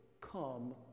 come